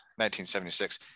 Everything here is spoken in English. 1976